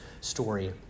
story